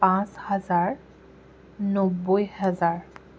পাঁচ হাজাৰ নব্বৈ হেজাৰ